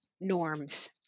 norms